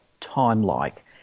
time-like